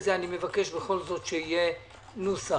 אני מבקש בכל זאת שיהיה נוסח,